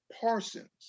Parsons